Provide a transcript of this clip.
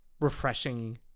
refreshing